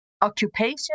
occupation